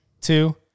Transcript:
two